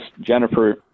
Jennifer